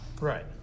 right